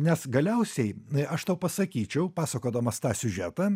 nes galiausiai aš tau pasakyčiau pasakodamas tą siužetą